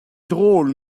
drôles